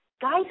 Guys